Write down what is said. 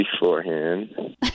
beforehand